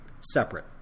separate